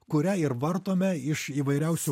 kurią ir vartome iš įvairiausių